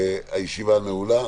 הישיבה נעולה.